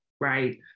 right